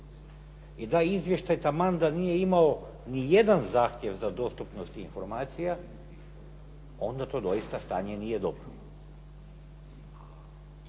i taj izvještaj taman da nije imao nijedan zahtjev za dostupnost informacija, onda to doista stanje nije dobro.